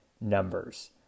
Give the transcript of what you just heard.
numbers